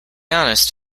honest